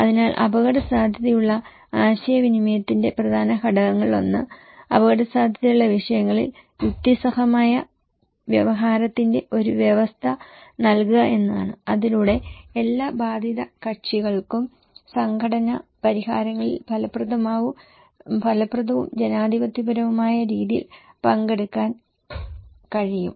അതിനാൽ അപകടസാധ്യതയുള്ള ആശയവിനിമയത്തിന്റെ പ്രധാന ഘടകങ്ങളിലൊന്ന് അപകടസാധ്യതയുള്ള വിഷയങ്ങളിൽ യുക്തിസഹമായ വ്യവഹാരത്തിന്റെ ഒരു വ്യവസ്ഥ നൽകുക എന്നതാണ് അതിലൂടെ എല്ലാ ബാധിത കക്ഷികൾക്കും സംഘട്ടന പരിഹാരങ്ങളിൽ ഫലപ്രദവും ജനാധിപത്യപരവുമായ രീതിയിൽ പങ്കെടുക്കാൻ കഴിയും